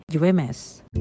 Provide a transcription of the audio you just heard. UMS